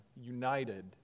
united